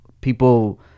people